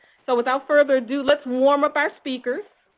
so without further adieu, let's warm up our speakers.